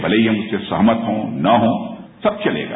भले ही हम उससे सहमत हों न हो सब चलेगा